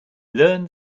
learn